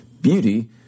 beauty